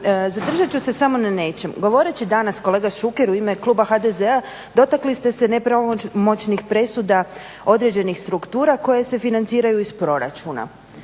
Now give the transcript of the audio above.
zadržat ću se samo na nečem. Govoreći danas, kolega Šuker u ime kluba HDZ-a, dotakli ste se nepravomoćnih presuda određenih struktura koje se financiraju iz proračuna.